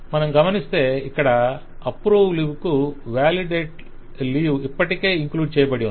మనం గమనిస్తే ఇక్కడ అప్రూవ్ లీవ్ కు వాలిడేట్ లీవ్ ఇప్పటికే ఇంక్లూడ్ చేయబడి ఉంది